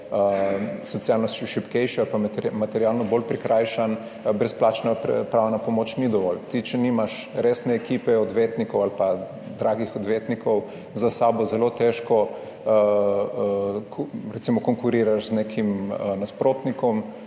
socialno šibkejši ali pa materialno bolj prikrajšan, brezplačna pravna pomoč ni dovolj. Ti, če nimaš resne ekipe odvetnikov ali pa dragih odvetnikov za sabo, zelo težko recimo konkuriraš z nekim nasprotnikom,